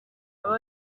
abo